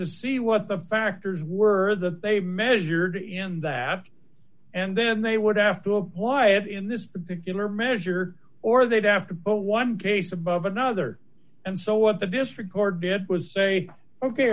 to see what the factors were that they measured in that and then they would have to apply it in this particular measure or they'd have to but one case above another and so what the district court did was say ok